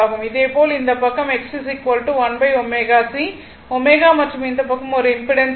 இதேபோல் இந்த பக்கம் XC1ω C ω மற்றும் இந்த பக்கம் ஒரு இம்பிடன்ஸ் ஆகும்